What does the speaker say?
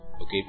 okay